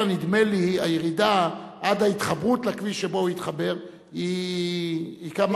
נדמה לי שמכפר-כנא הירידה עד ההתחברות לכביש שבו הוא יתחבר היא כמה,